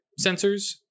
sensors